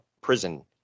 prison